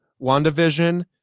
WandaVision